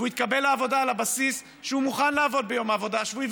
והוא התקבל לעבודה על הבסיס שהוא מוכן לעבוד ביום המנוחה השבועי,